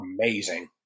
amazing